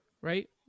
Right